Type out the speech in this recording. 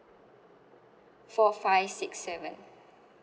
four five six seven